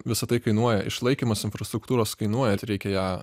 visa tai kainuoja išlaikymas infrastruktūros kainuoja reikia ją